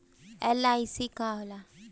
LIC का होला?